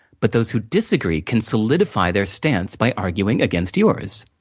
but, those who disagree can solidify their stance by arguing against yours.